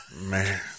Man